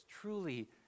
truly